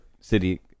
city